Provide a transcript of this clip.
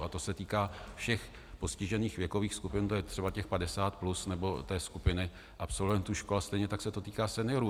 A to se týká všech postižených věkových skupin, třeba těch 50+ nebo té skupiny absolventů škol a stejně tak se to týká seniorů.